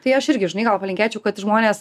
tai aš irgi žinai gal palinkėčiau kad žmonės